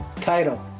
title